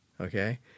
Okay